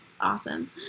awesome